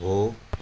हो